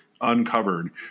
uncovered